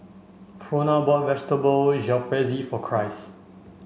Frona bought Vegetable Jalfrezi for Christ